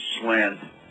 slant